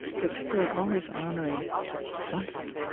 but people are always honoring something,